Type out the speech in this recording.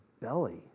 belly